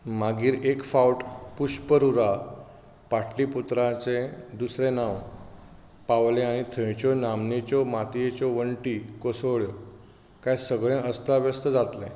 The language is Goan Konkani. मागीर एक फावट पुष्परुरा पाटलिपुत्राचें दुसरें नांव पावले आनी थंयच्यो नामनेच्यो मातयेच्यो वण्टी कोसळ्ळ्यो कांय सगळें अस्ताव्यस्त जातलें